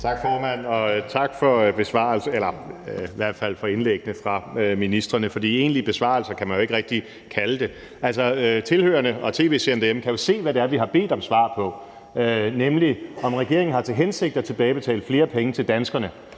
Tak, formand, og tak for besvarelserne eller i hvert fald indlæggene fra ministrene. For egentlige besvarelser kan man jo ikke rigtig kalde det. Tilhørerne og tv-seerne derhjemme kan jo se, hvad det er, vi har bedt om svar på, nemlig om regeringen har til hensigt at tilbagebetale flere penge til danskerne,